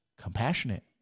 compassionate